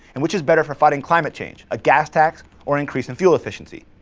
and which is better for fighting climate change, a gas tax, or increase in fuel efficiency?